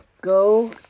go